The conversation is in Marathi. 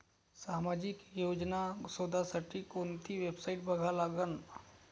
सामाजिक योजना शोधासाठी कोंती वेबसाईट बघा लागन?